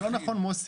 זה לא נכון, מוסי.